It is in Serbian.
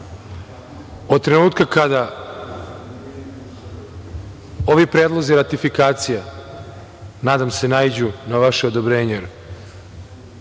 od trenutka kada ovi predlozi ratifikacija, nadam se naiđu na vaše odobrenje,